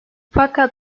fakat